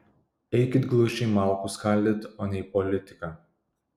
eikit glušiai malkų skaldyt o ne į politiką